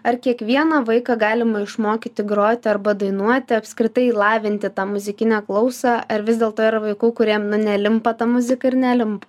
ar kiekvieną vaiką galima išmokyti groti arba dainuoti apskritai lavinti tą muzikinę klausą ar vis dėlto yra vaikų kuriem na nelimpa ta muzika ir nelimp